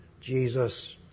Jesus